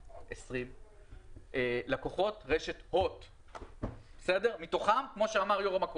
כי רשת הוט הפחיתה מחירים בצורה יפה מאוד בשנים האלה.